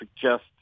suggest